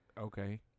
Okay